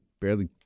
barely